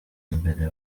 mbere